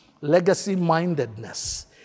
legacy-mindedness